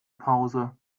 pause